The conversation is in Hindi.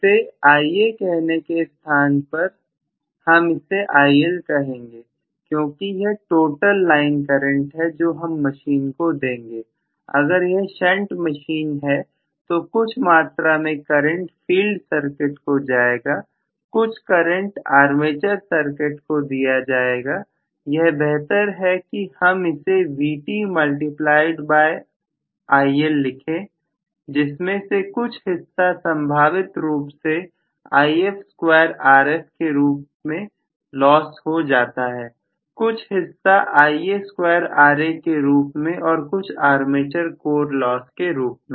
इसे Ia कहने के स्थान पर हम इसे IL कहेंगे क्योंकि यह टोटल लाइन करंट है जो हम मशीन को देंगे अगर यह शंट मशीन है तो कुछ मात्रा में करंट फील्ड सर्किट को जाएगा कुछ करंट आर्मेचर सर्किट को दिया जाएगा यह बेहतर है कि हम इसे Vt मल्टीप्लायड बाय IL लिखें जिसमें से कुछ हिस्सा संभावित रूप से If स्क्वायर Rf के रूप में लॉस हो जाता है कुछ हिस्सा Ia स्क्वायर Ra के रूप में और कुछ आर्मेचर कोर लॉस के रूप में